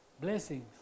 Blessings